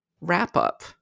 wrap-up